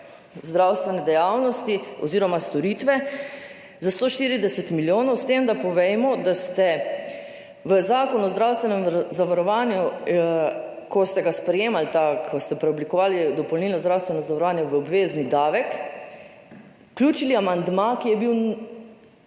zdravstvene dejavnosti oziroma storitve za 140 milijonov, s tem da povejmo, da ste v Zakon o zdravstvenem zavarovanju, ko ste ga sprejemali in preoblikovali dopolnilno zdravstveno zavarovanje v obvezni davek, vključili amandma ki je bil